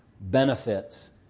benefits